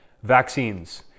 vaccines